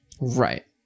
Right